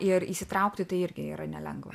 ir įsitraukti tai irgi yra nelengva